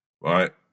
right